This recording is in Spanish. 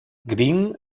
green